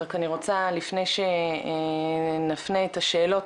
רק אני רוצה לפני שנפנה את השאלות,